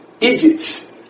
Egypt